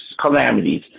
calamities